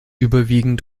überwiegend